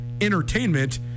entertainment